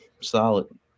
Solid